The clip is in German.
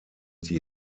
die